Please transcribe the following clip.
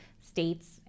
states